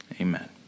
amen